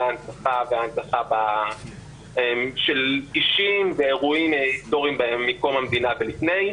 ההנצחה של אישים ואירועים היסטוריים מקום המדינה ולפני.